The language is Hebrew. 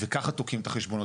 וככה תוקעים את החשבונות.